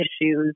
issues